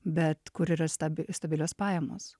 bet kur yra stabi stabilios pajamos